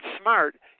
smart